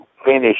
finish